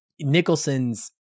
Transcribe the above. Nicholson's